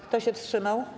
Kto się wstrzymał?